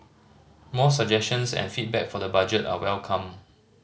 more suggestions and feedback for the budget are welcome